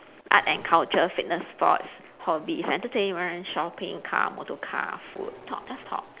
art and culture fitness sports hobbies entertainment shopping car motor car food talk just talk